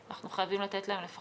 אנחנו חייבים לתת להם את